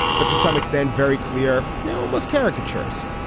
but to some extent very clear now, most caricatures,